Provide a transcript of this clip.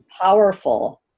powerful